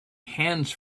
hands